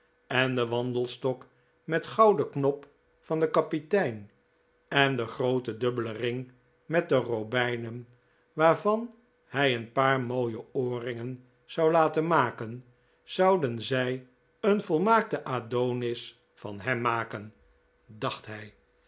en den wandelstok met gouden knop van den kapitein en den grooten dubbelen ring met de robijnen waarvan hij een paar mooie oorringen zou latenmaken zouden zij een volmaakten adonis van hem maken dacht hij